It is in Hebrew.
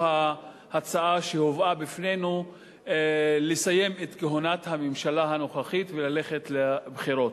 ההצעה שהובאה בפנינו לסיים את כהונת הממשלה הנוכחית וללכת לבחירות.